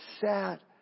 sad